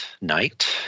night